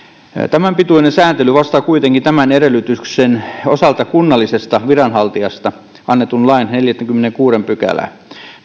tämän pituinen sääntely vastaa kuitenkin tämän edellytyksen osalta kunnallisesta viranhaltijasta annetun lain neljättäkymmenettäkuudetta pykälää